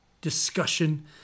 discussion